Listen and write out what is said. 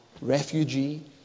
refugee